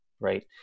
right